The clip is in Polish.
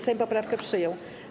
Sejm poprawkę przyjął.